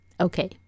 Okay